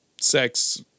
sex